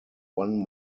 one